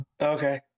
Okay